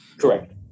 Correct